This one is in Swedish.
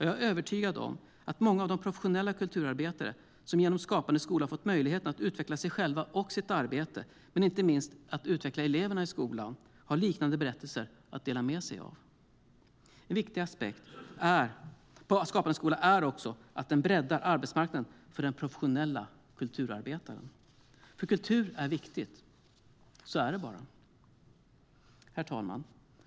Jag är övertygad om att många av de professionella kulturarbetare som genom Skapande skola har fått möjligheten att utveckla sig själva och sitt arbete och inte minst eleverna i skolan har liknande berättelser att dela med sig av. Herr talman!